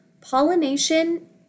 pollination